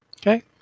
Okay